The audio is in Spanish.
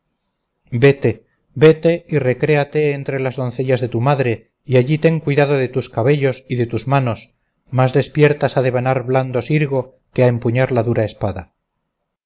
vete vete y recréate entre las doncellas de tu madre y allí ten cuidado de tus cabellos y de tus manos más despiertas a devanar blando sirgo que a empuñar la dura espada